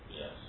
Yes